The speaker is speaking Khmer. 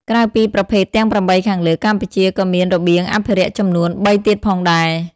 ក្រៅពីប្រភេទទាំង ៨ ខាងលើ កម្ពុជាក៏មានរបៀងអភិរក្សចំនួន ៣ ទៀតផងដែរ។